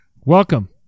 Welcome